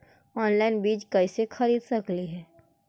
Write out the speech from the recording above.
Online बीज कईसे खरीद सकली हे?